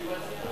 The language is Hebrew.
בישיבת סיעה.